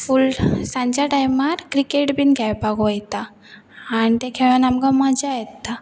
फूल सांच्या टायमार क्रिकेट बीन खेळपाक वयता आनी ते खेळून आमकां मजा येता